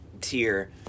tier